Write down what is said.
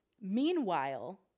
Meanwhile